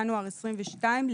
ינואר 22',